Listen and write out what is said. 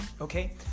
okay